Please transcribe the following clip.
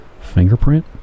fingerprint